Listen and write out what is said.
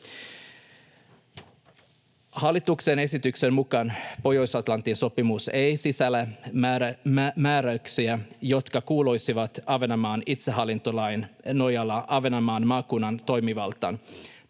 Hallituksen esityksen mukaan Pohjois-Atlantin sopimus ei sisällä määräyksiä, jotka kuuluisivat Ahvenanmaan itsehallintolain nojalla Ahvenanmaan maakunnan toimivaltaan.